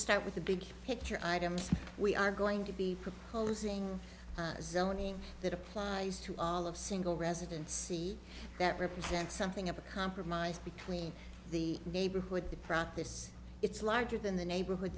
start with the big picture we are going to be proposing zoning that applies to all of single residents see that represent something of a compromise between the neighborhood the practice it's larger than the neighborhood